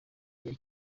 igihe